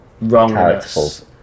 wrongness